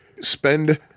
spend